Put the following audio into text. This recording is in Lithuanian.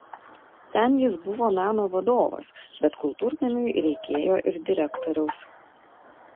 ten jis buvo meno vadovas bet kultūrnamiui reikėjo ir direktoriaus